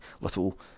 little